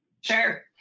Sure